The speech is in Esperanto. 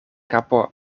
kapo